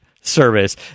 service